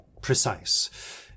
precise